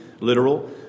literal